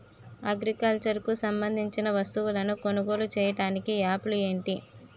Agriculture కు సంబందించిన వస్తువులను కొనుగోలు చేయటానికి యాప్లు ఏంటి?